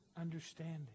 understanding